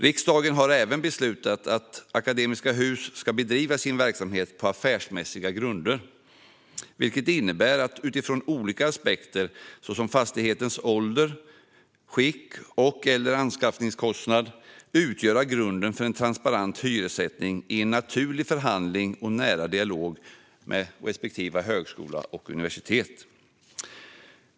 Riksdagen har beslutat att Akademiska Hus ska bedriva sin verksamhet på affärsmässiga grunder, vilket innebär att olika aspekter som fastighetens ålder, skick och/eller anskaffningskostnad utgör grunden för en transparent hyressättning i en naturlig förhandling och nära dialog med respektive högskola eller universitet.